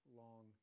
long